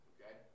Okay